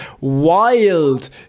wild